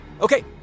Okay